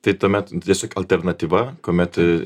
tai tuomet tiesiog alternatyva kuomet